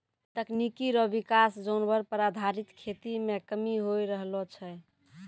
तकनीकी रो विकास जानवर पर आधारित खेती मे कमी होय रहलो छै